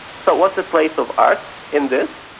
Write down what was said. so what's the place of art in this?